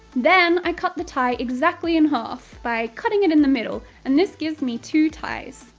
then i cut the tie exactly in half, by cutting it in the middle. and this gives me two ties.